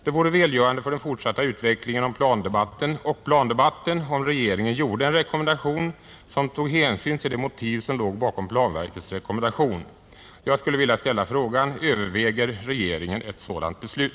Det vore välgörande för den fortsatta utvecklingen och plandebatten om regeringen gjorde en rekommendation, som tog hänsyn till de motiv som låg bakom planverkets rekommendation. Jag skulle vilja ställa frågan: Överväger regeringen ett sådant beslut?